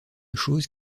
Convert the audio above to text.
choses